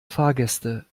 fahrgäste